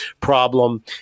problem